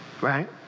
right